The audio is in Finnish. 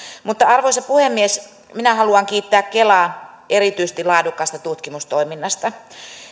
mutta arvoisa puhemies minä haluan kiittää kelaa erityisesti laadukkaasta tutkimustoiminnasta